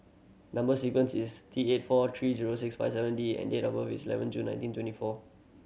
number sequence is T eight four three zero six five seven D and date of birth is eleven June nineteen twenty four